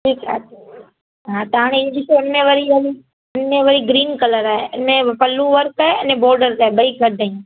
ठीकु आहे हा त हाणे हीअ ॾिसो हिन में वरी हिन में वरी ग्रीन कलरु आहे हिन में पल्लू वर्क आहे ऐं न बॉर्डर ते आहे ॿ ई घटि आहिनि